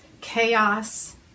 chaos